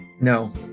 No